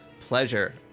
pleasure